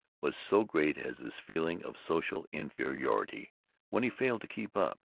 was so great as his feeling of social inferiority when he failed to keep up.